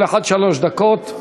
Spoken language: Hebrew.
כל אחד שלוש דקות.